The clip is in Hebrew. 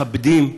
מכבדים,